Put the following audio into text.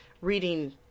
reading